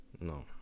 no